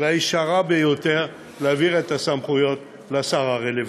והישרה ביותר להעביר את הסמכויות לשר הרלוונטי.